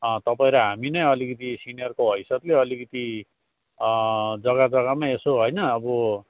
तपाईँ र हामी नै अलिकति सिनियरको हैसियतले अलिकति जग्गा जग्गामा यसो होइन अब